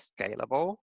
scalable